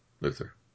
Luther